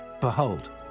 behold